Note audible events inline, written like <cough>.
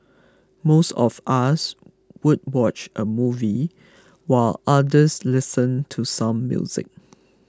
<noise> most of us would watch a movie while others listen to some music